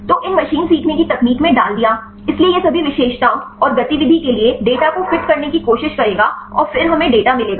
तो इन मशीन सीखने की तकनीक में डाल दिया इसलिए यह सभी विशेषताओं और गतिविधि के लिए डेटा को फिट करने की कोशिश करेगा और फिर हमें डेटा मिलेगा